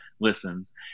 listens